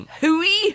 Hooey